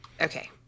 Okay